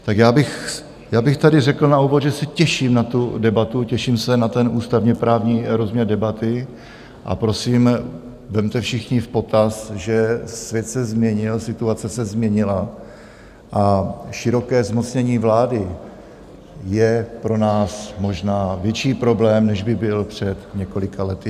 Tak já bych tady řekl na úvod, že se těším na tu debatu, těším se na ústavněprávní rozměr debaty, a prosím, vezměte všichni v potaz, že svět se změnil, situace se změnila a široké zmocnění vlády je pro nás možná větší problém, než by byl před několika lety.